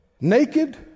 Naked